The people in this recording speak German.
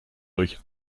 durch